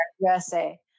USA